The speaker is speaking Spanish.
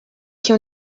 que